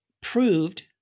proved